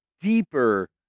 deeper